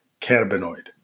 cannabinoid